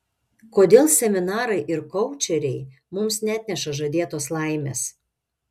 kodėl seminarai ir koučeriai mums neatneša žadėtos laimės